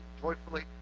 joyfully